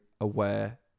aware